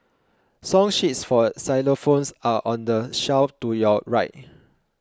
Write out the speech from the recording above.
song sheets for xylophones are on the shelf to your right